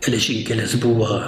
geležinkelis buvo